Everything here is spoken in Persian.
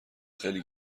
خیلی